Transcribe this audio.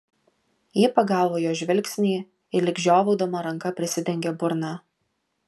ji pagavo jo žvilgsnį ir lyg žiovaudama ranka prisidengė burną